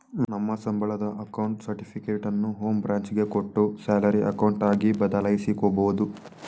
ನಮ್ಮ ಸಂಬಳದ ಅಕೌಂಟ್ ಸರ್ಟಿಫಿಕೇಟನ್ನು ಹೋಂ ಬ್ರಾಂಚ್ ಗೆ ಕೊಟ್ಟು ಸ್ಯಾಲರಿ ಅಕೌಂಟ್ ಆಗಿ ಬದಲಾಯಿಸಿಕೊಬೋದು